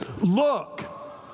look